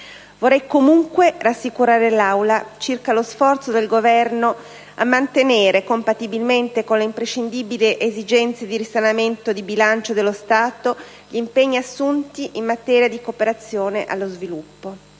Vorrei comunque rassicurare l'Aula circa lo sforzo del Governo a mantenere, compatibilmente con le imprescindibili esigenze di risanamento di bilancio dello Stato, gli impegni assunti in materia di cooperazione allo sviluppo.